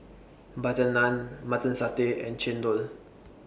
Butter Naan Mutton Satay and Chendol